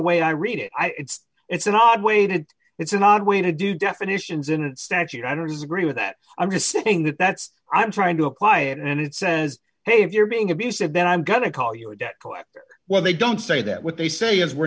way i read it it's it's an odd way that it's an odd way to do definitions in a statute i don't agree with that i'm just saying that that's all i'm trying to apply it and it says hey if you're being abusive then i'm gonna call your debt well they don't say that what they say is we're